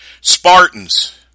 Spartans